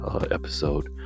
episode